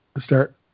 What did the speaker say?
start